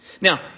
Now